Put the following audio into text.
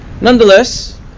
nonetheless